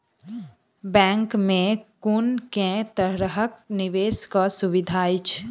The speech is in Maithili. बैंक मे कुन केँ तरहक निवेश कऽ सुविधा अछि?